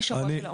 נכון.